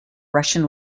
russian